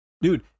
Dude